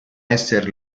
esser